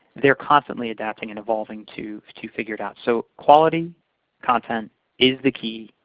they're constantly adapting and evolving to to figure it out. so quality content is the key,